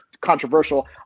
controversial